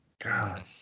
God